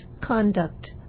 conduct